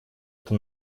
это